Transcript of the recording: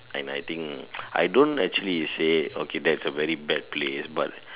and I think I don't actually say okay that's a very bad place but